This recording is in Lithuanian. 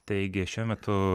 taigi šiuo metu